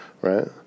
right